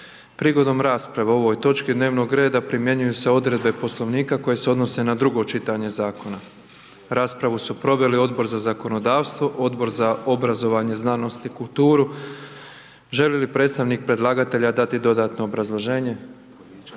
Prigodom rasprave o ovoj točki dnevnog reda primjenjuju se odredbe Poslovnika koji se odnose na drugo čitanje zakona. Raspravu su proveli Odbor za zakonodavstvo, Odbor za obrazovanje, znanost i kulturu. Želi li predstavnik predlagatelja dati dodatno obrazloženje? Ivica